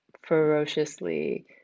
ferociously